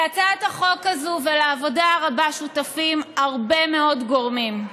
להצעת החוק הזו ולעבודה הרבה שותפים הרבה מאוד גורמים.